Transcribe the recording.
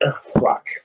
Fuck